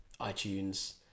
iTunes